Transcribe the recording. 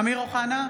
(קוראת בשמות חברי הכנסת) אמיר אוחנה,